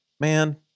man